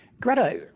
Greta